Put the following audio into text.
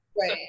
right